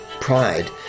Pride